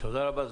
תודה רבה.